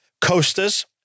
Coasters